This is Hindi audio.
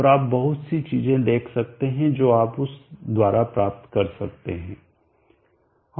और आप बहुत सी चीजें देख सकते हैं जो आप उस द्वारा प्राप्त कर सकते हैं